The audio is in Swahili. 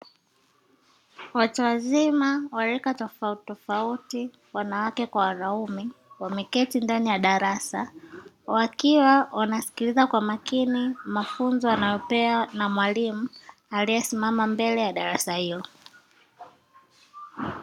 Watu wazima wa rika tofauti tofauti wanawake kwa wanaume wameketi ndani ya darasa wakiwa wanasikiliza kwa makini mafunzo wanayopewa na mwalimu aliyesimama mbele ya darasa hilo.